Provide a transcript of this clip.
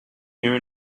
here